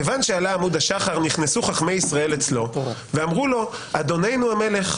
כיוון שעלה עמוד השחר נכנסו חכמי ישראל אצלו ואמרו לו: אדוננו המלך,